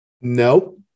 Nope